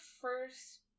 first